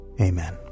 amen